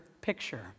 picture